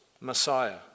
Messiah